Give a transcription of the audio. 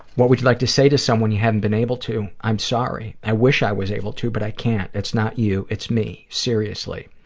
what would you like to say to someone you haven't been able to? i'm sorry. i wish i was able to, but i can't. it's not you. it's me. seriously.